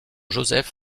joseph